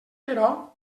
però